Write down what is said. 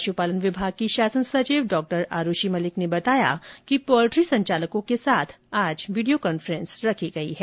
पशुपालन विभाग की शासन सचिव डॉ आरूषी मलिक ने बताया कि पोल्ट्री संचालकों के साथ आज वीडियो कॉन्फ्रेंस रखी गई है